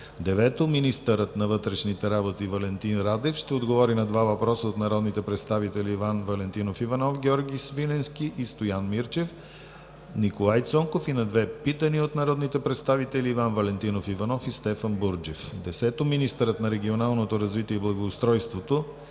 9. Министърът на вътрешните работи Валентин Радев ще отговори на два въпроса от народните представители Иван Валентинов Иванов, Георги Свиленски и Стоян Мирчев; и Николай Цонков и на две питания от народните представители Иван Валентинов Иванов; и Стефан Бурджев. 10. Министърът на регионалното развитие и благоустройството